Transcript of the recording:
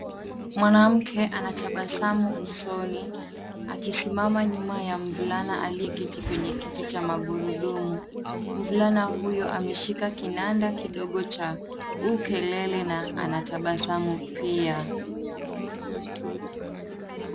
Mwanamke anatabasamu usoni akisimama nyuma ya mvulana aliyeketi kwenye kiti cha magurudumu. Mvulana huyo ameshika kinanda kidogo cha ukelele na anatabasamu pia.